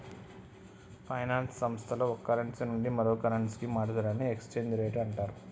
finance సంస్థల్లో ఒక currency నుండి మరో కరెన్సీకి మార్చడాన్ని ఎక్స్చేంజ్ రేట్ అంటరు